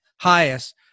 highest